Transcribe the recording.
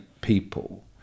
people